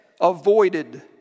avoided